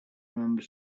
remember